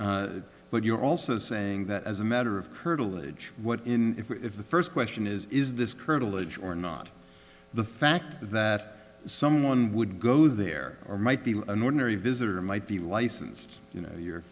did but you're also saying that as a matter of curtilage what if the first question is is this curtilage or not the fact that someone would go there or might be an ordinary visitor might be licensed you know your